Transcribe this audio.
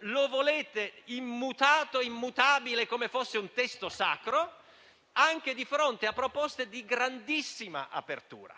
lo volete immutato e immutabile, come se fosse un testo sacro, anche di fronte a proposte di grandissima apertura.